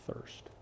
thirst